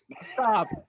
Stop